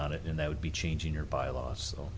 on it and that would be changing your bylaw so